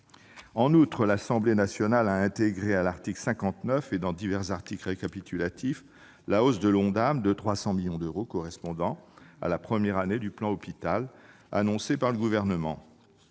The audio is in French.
En outre, l'Assemblée nationale a intégré, à l'article 59 et dans divers articles récapitulatifs, la hausse de l'Ondam de 300 millions d'euros correspondant à la première année du plan Hôpital annoncé par le Gouvernement.